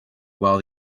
while